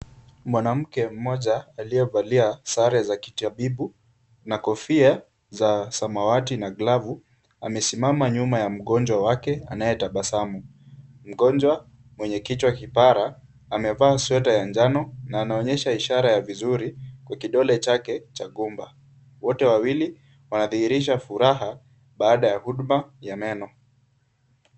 Mwanamke mmoja aliyevalia sare za kitabibu na kofia za samawati na glavu, amesimama nyuma ya mgonjwa wake anayetabasamu, mgonjwa mwenye kichwa kipara amevaa sweta ya njano na anaonyesha ishara ya vizuri kwa kidole chake za gumba. Wote wawili wanadhihirisha furaha baada ya huduma ya meno.